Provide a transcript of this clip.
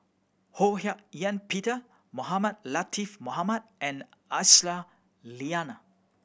Ho Hak Ean Peter Mohamed Latiff Mohamed and Aisyah Lyana